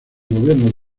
gobierno